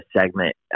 segment